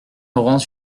laurent